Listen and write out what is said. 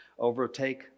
overtake